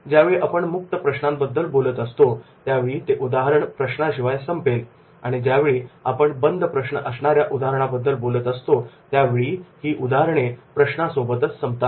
ज्यावेळी आपण मुक्त प्रश्नांबद्दल बोलत असतो त्यावेळी ते उदाहरण प्रश्नाशिवाय संपेल आणि ज्यावेळी आपण बद्ध प्रश्न असणाऱ्या उदाहरणाबद्दल बोलत असतो त्यावेळी ही उदाहरणे प्रश्न सोबत संपतात